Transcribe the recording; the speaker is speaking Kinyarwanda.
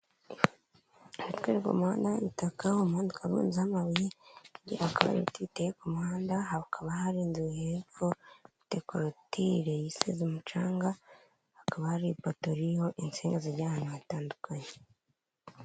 Baratwereka umuhanda w'igitaka, uwo muhanda ukaba urunzeho amabuye, haka hari ibiti biteye ku muhanda, hakaba hari inzu hepfo ifite korutire isize umucanga, hakaba hari ipoto ririho insinga zijya ahantu hatandukanye.